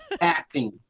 Acting